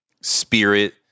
spirit